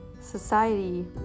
society